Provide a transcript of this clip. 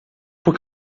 por